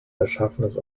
erschaffenes